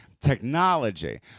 Technology